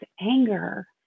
anger